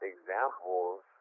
Examples